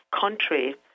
country